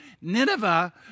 Nineveh